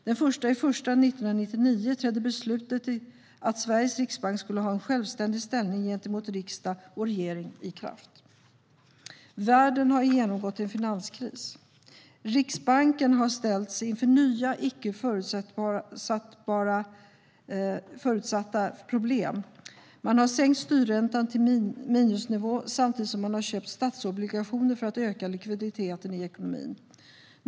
Den 1 januari 1999 trädde beslutet att Sveriges riksbank ska ha en självständig ställning gentemot riksdag och regering i kraft. Världen har genomgått en finanskris. Riksbanken har ställts inför nya icke förväntade problem, och man har sänkt styrräntan till minusnivå samtidigt som man har köpt statsobligationer för att öka likviditeten i ekonomin.